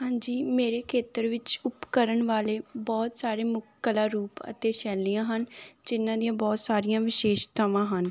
ਹਾਂਜੀ ਮੇਰੇ ਖੇਤਰ ਵਿੱਚ ਉਪਕਰਨ ਵਾਲੇ ਬਹੁਤ ਸਾਰੇ ਮੁੱਖ ਕਲਾਰੂਪ ਅਤੇ ਸ਼ੈਲੀਆਂ ਹਨ ਜਿੰਨ੍ਹਾਂ ਦੀਆਂ ਬਹੁਤ ਸਾਰੀਆਂ ਵਿਸ਼ੇਸ਼ਤਾਵਾਂ ਹਨ